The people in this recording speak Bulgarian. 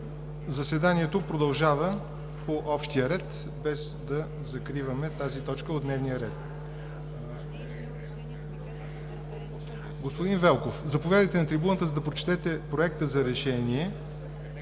Заседанието продължава по общия ред, без да закриваме тази точка от дневния ред. Господин Велков, заповядайте да прочетете Проектът на Решение